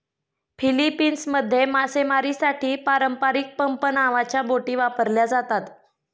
फिलीपिन्समध्ये मासेमारीसाठी पारंपारिक पंप नावाच्या बोटी वापरल्या जातात